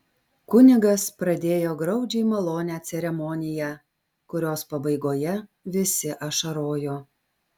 kunigas pradėjo graudžiai malonią ceremoniją kurios pabaigoje visi ašarojo